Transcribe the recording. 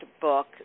book